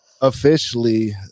officially